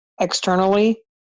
externally